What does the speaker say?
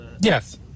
Yes